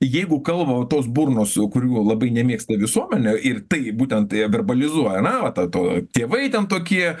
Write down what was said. jeigu kalba va tos burnos kurių labai nemėgsta visuomenė ir tai būtent verbalizuoja ane va ta to tėvai ten tokie